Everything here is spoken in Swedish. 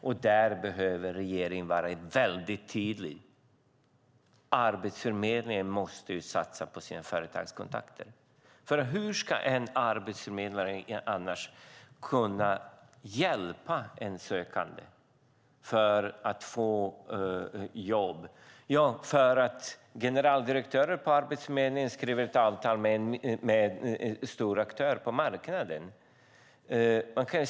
Därför behöver regeringen vara väldigt tydlig med att Arbetsförmedlingen måste satsa på sina företagskontakter. Hur ska en arbetsförmedlare annars kunna hjälpa en arbetssökande att få jobb? Är det genom att generaldirektören för Arbetsförmedlingen skriver avtal med en stor aktör på marknaden?